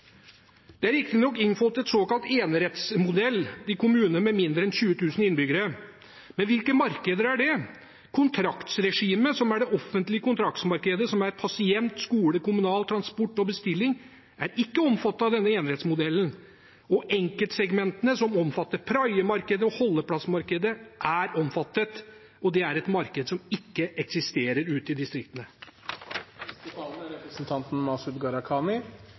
Det er riktignok innført en såkalt enerettsmodell i kommuner med mindre enn 20 000 innbyggere. Men hvilke markeder er det? Kontraktregimet, som er det offentlige kontraktmarkedet – pasient, skole, kommunal transport og bestilling – er ikke omfattet av denne enerettsmodellen. Enkeltsegmentene, som omfatter praiemarkedet og holdeplassmarkedet, er omfattet, og det er markeder som ikke eksisterer ute i distriktene. Det er